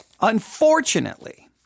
unfortunately